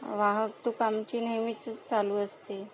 वाहतूक आमची नेहमीचीच चालू असते